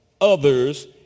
others